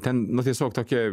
ten na tiesiog tokia